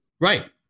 Right